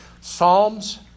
psalms